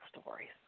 stories